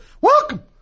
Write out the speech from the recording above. Welcome